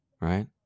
Right